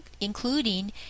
including